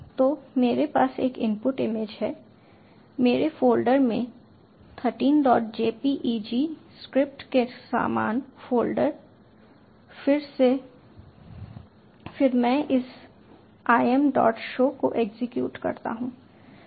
तो मेरे पास एक इनपुट इमेज है मेरे फ़ोल्डर में I3jpeg स्क्रिप्ट के समान फ़ोल्डर फिर मैं इस im डॉट शो को एग्जीक्यूट करता हूं